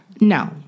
No